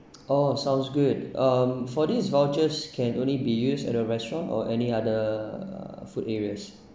all of sounds good um for this vouchers can only be used at a restaurant or any other uh food areas